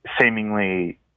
seemingly